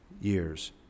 years